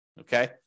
Okay